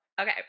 Okay